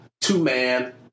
two-man